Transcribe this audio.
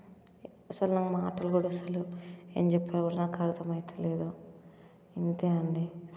అసలు నా మాటలు కూడా అసలు ఏం చెప్పిన కూడా నాకు అర్థం అయితలేదు అంతే అండి